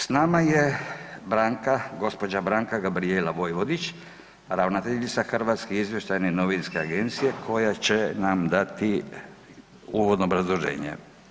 S nama je gđa. Branka Gabrijela Vojvodića, ravnateljica Hrvatske izvještajne novinske agencije koja će nam dati uvodno obrazloženje.